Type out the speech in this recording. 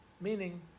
meaning